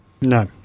No